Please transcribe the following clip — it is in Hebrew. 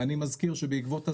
אני מזכיר שבעקבות הסגרים,